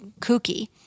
kooky